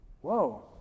Whoa